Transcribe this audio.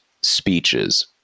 speeches